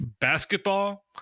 basketball